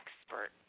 expert